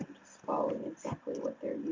following exactly what they're